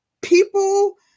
people